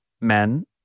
men